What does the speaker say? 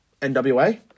NWA